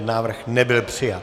Návrh nebyl přijat.